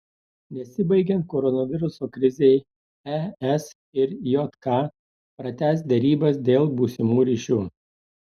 nesibaigiant koronaviruso krizei es ir jk pratęs derybas dėl būsimų ryšių